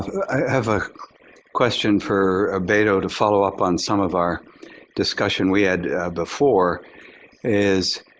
i have a question for ah beto to follow-up on some of our discussion we had before is,